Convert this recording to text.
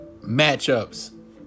Matchups